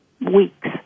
weeks